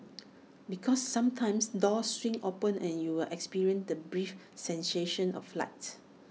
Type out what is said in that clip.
because sometimes doors swing open and you'll experience the brief sensation of flight